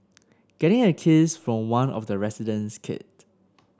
getting a kiss from one of the resident's kid